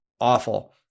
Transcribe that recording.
Awful